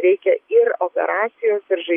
reikia ir operacijos ir žai